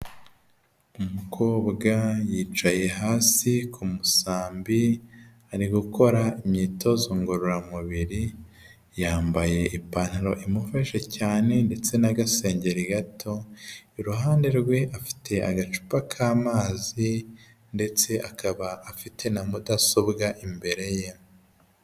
Umukobwa yicaye hasi ku musambi ari gukora imyitozo ngororamubiri yambaye ipantaro imufashe cyane ndetse n'agasengeri gato iruhande rwe afite agacupa k'amazi ndetse akaba afite na mudasobwa imbere ye.